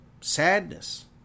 sadness